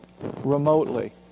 remotely